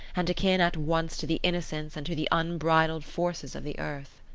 and akin at once to the innocence and to the unbridled forces of the earth.